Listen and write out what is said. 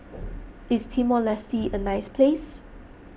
is Timor Leste a nice place